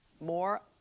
more